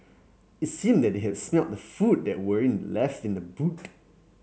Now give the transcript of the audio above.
it seemed that they had smelt the food that were left in the boot